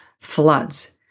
floods